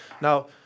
Now